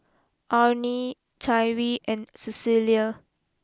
Amie Tyree and Cecilia